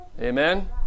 Amen